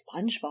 SpongeBob